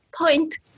point